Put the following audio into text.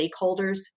stakeholders